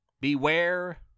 Beware